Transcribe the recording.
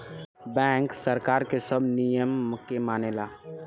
bank सरकार के सब नियम के मानेला